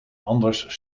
anders